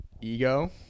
ego